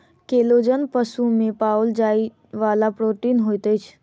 collagen पशु में पाओल जाइ वाला प्रोटीन होइत अछि